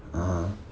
(uh huh)